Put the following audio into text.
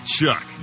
Chuck